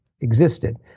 existed